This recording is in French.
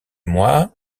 moi